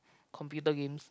computer games